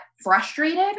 frustrated